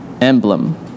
emblem